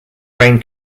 rain